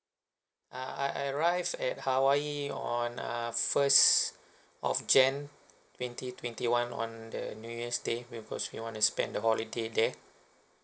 uh I I arrived at hawaii on uh first of jan~ twenty twenty one on the new year's day because we want to spend the holiday there